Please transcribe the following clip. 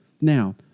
Now